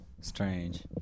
Strange